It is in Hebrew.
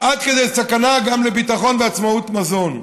עד כדי סכנה לביטחון ולעצמאות תזונתית.